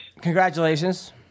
Congratulations